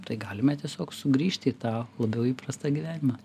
tai galime tiesiog sugrįžti į tą labiau įprastą gyvenimą